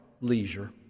leisure